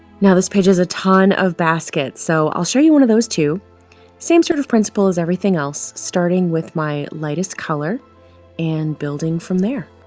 now this page is a ton of basket so i'll show you one of those same sort of principle as everything else starting with my lightest color and building from there